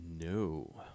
no